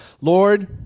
Lord